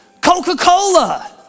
Coca-Cola